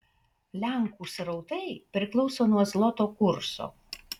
lenkų srautai priklauso nuo zloto kurso